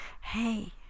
hey